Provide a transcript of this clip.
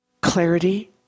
clarity